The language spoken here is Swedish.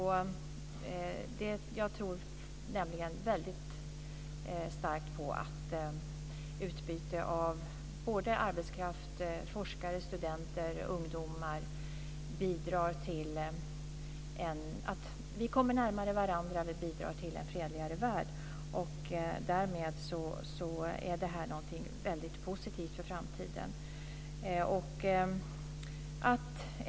Jag tror väldigt starkt på att utbyte av arbetskraft, forskare, studenter och ungdomar bidrar till att vi kommer närmare varandra och till en fredlig värld. Därmed är det här någonting väldigt positivt för framtiden.